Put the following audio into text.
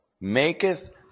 maketh